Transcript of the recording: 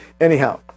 anyhow